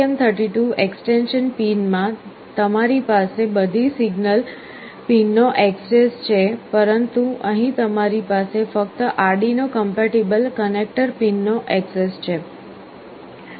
STM 32 extension પિનમાં તમારી પાસે બધી સિગ્નલ પિનનો ઍક્સેસ છે પરંતુ અહીં તમારી પાસે ફક્ત આર્ડિનો કંપેટિબલ કનેક્ટર પિનનો ઍક્સેસ છે